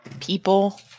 people